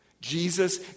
Jesus